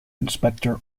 inspector